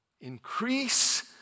increase